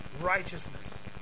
Righteousness